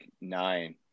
nine